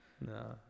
No